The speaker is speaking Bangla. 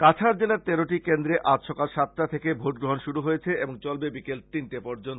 কাছাড়ের জেলার তেরোটি কেন্দ্রে আজ সকাল সাতটা থেকে ভোটগ্রহণ শুরু হয়েছে চলবে বিকেল তিনটে পর্য্যন্ত